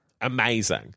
Amazing